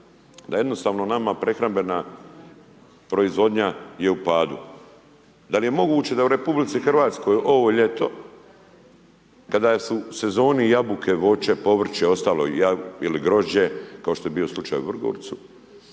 da jednostavno nama prehrambena proizvodnja je u padu. …/Govornik se ne razumije/… u RH ovo ljeto, kada su u sezoni jabuke, voće, povrće, ostalo ili grožđe kao što je bio slučaj u Vrgorcu